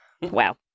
Wow